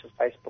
Facebook